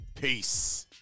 Peace